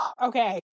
Okay